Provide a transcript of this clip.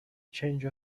change